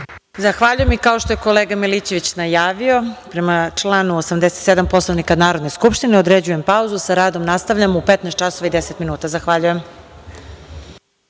Zahvaljujem. Kao što je kolega Milićević najavio, prema članu 87. Poslovnika Narodne skupštine, određujem pauzu. Sa radom nastavljamo u 15 časova